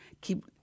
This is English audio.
Keep